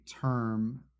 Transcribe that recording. term